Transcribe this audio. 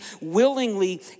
willingly